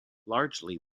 largely